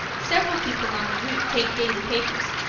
several people on the route take daily papers,